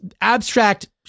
abstract